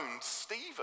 Stephen